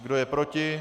Kdo je proti?